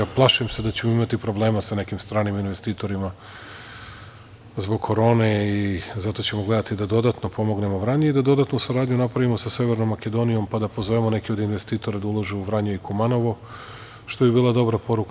Plašim se da ćemo imati problema sa nekim stranim investitorima zbog korone i zato ćemo gledati da dodatno pomognemo Vranje i da dodatnu saradnju napravimo sa Severnom Makedonijom, pa da pozovemo neke od investitora da ulože u Vranje i Kumanovo, što bi bila dobra poruka.